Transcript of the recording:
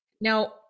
Now